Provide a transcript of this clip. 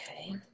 Okay